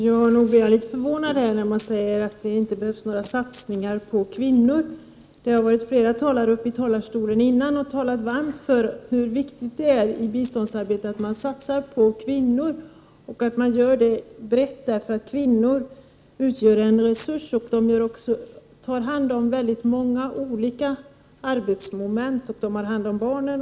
Herr talman! Jag blev något förvånad när det sades att det inte behövs några satsningar på kvinnor. Flera talare har tidigare varit uppe och talat varmt för hur viktigt det är att man i biståndsarbetet gör en bred satsning på kvinnor, eftersom kvinnor utgör en resurs. De tar hand om många olika arbetsmoment och inte minst om barnen.